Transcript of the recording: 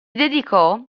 dedicò